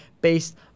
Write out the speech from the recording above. based